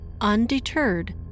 Undeterred